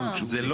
אבל זה לא